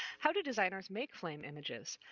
how do designers make flame images?